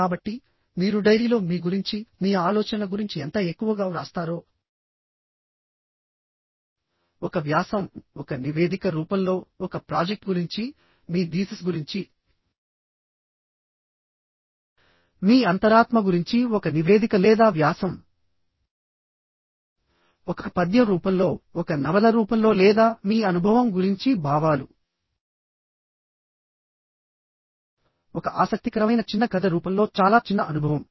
కాబట్టి మీరు డైరీలో మీ గురించి మీ ఆలోచనల గురించి ఎంత ఎక్కువగా వ్రాస్తారో ఒక వ్యాసం ఒక నివేదిక రూపంలో ఒక ప్రాజెక్ట్ గురించి మీ థీసిస్ గురించి మీ అంతరాత్మ గురించి ఒక నివేదిక లేదా వ్యాసం ఒక పద్యం రూపంలో ఒక నవల రూపంలో లేదా మీ అనుభవం గురించి భావాలు ఒక ఆసక్తికరమైన చిన్న కథ రూపంలో చాలా చిన్న అనుభవం